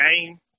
game